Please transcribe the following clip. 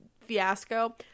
fiasco